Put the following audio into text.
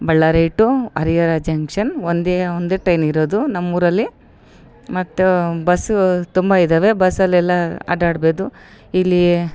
Ballari to Harihara junction ಒಂದೇ ಒಂದು train ಇರೋದು ನಮ್ಮೂರಲ್ಲಿ ಮತ್ತು ಬಸ್ ತುಂಬ ಇದಾವೆ ಬಸ್ಸಲೆಲ್ಲ ಅಡ್ಡಾಡ್ಬೇದು ಇಲ್ಲಿ